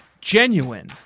Genuine